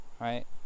right